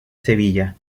sevilla